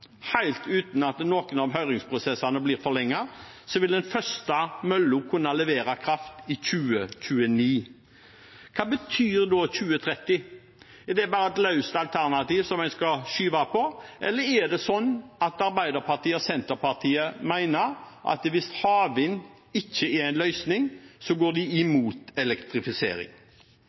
uten at noen av høringsprosessene blir forlenget, vil den første møllen kunne levere kraft i 2029. Hva betyr da 2030? Er det bare et løst alternativ en skal skyve på, eller er det sånn at Arbeiderpartiet og Senterpartiet mener at hvis havvind ikke er en løsning, går de imot elektrifisering?